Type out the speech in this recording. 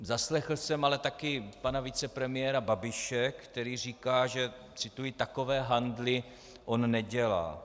Zaslechl jsem ale také pana vicepremiéra Babiše, který říká, že cituji: Takové handly on nedělá.